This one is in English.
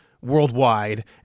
worldwide